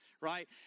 right